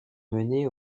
mené